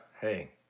Hey